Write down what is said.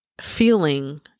feeling